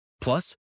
Plus